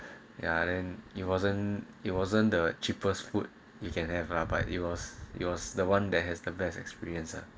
ya and it wasn't it wasn't the cheapest food you can have lah but it was it was the one that has the best experience lah